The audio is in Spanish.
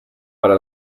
para